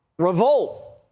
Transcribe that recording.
Revolt